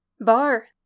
Bar